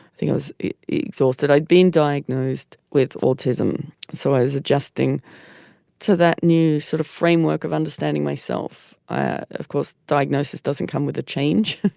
i was exhausted i'd been diagnosed with autism so i was adjusting to that new sort of framework of understanding myself. of course diagnosis doesn't come with a change.